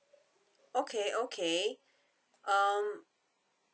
okay okay um